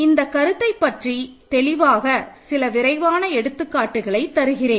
இந்தக் கருத்தைப் பற்றி தெளிவாக சில விரைவான எடுத்துக்காட்டுகளை தருகிறேன்